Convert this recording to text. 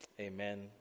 Amen